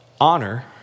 Honor